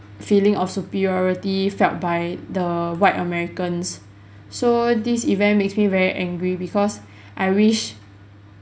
feeling of superiority felt by the white americans so this event makes me very angry because I wish